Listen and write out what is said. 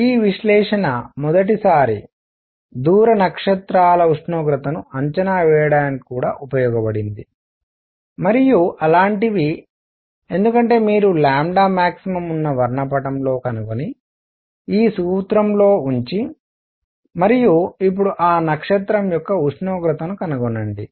ఈ విశ్లేషణ మొదటిసారి దూర నక్షత్రాల ఉష్ణోగ్రతను అంచనా వేయడానికి కూడా ఉపయోగించబడింది మరియు అలాంటివి ఎందుకంటే మీరు max ఉన్న వర్ణపటంలో కనుగొని ఈ సూత్రంలో ఉంచి మరియు ఇప్పుడు ఆ నక్షత్రం యొక్క ఉష్ణోగ్రతను కనుగొనండి